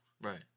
Right